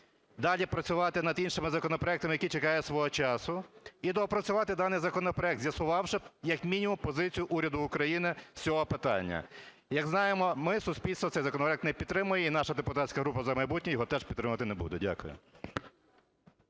Далі працювати над іншими законопроектами, які чекають свого часу. І доопрацювати даний законопроект, з'ясувавши, як мінімум, позицію уряду України з цього питання. Як знаємо ми, суспільство цей законопроект не підтримує. І наша депутатська група "За майбутнє" його теж підтримувати не буде. Дякую.